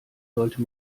sollte